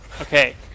Okay